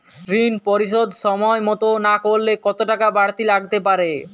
ঋন পরিশোধ সময় মতো না করলে কতো টাকা বারতি লাগতে পারে?